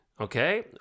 Okay